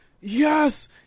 Yes